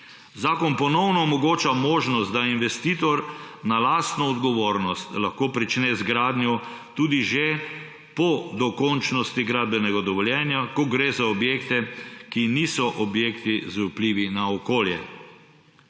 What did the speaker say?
Zakon ponovno omogoča možnost, da investitor na lastno odgovornost lahko prične z gradnjo tudi že po dokončnosti gradbenega dovoljenja, ko gre za objekte, ki niso objekti z vplivi na okolje.